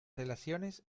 relaciones